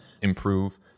improve